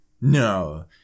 No